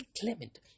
Clement